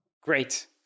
Great